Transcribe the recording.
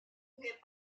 est